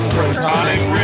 Protonic